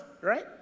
right